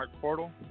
Portal